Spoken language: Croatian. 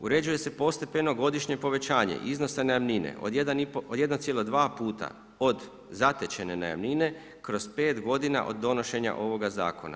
Uređuje se postepeno godišnje povećanje iznosa najamnine od 1,2 puta od zatečene najamnine kroz pet godina od donošenja ovoga zakona.